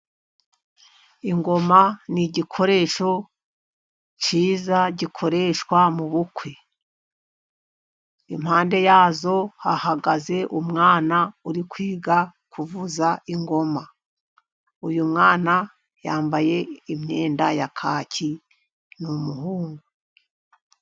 Ingoma ni igikoresho cyiza gikoreshwa mu bukwe. Impande ya zo hahagaze umwana uri kwiga kuvuza ingoma. Uyu mwana yambaye imyenda ya kaki ni umuhungu.